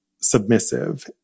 submissive